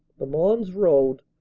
the mons road,